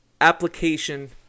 application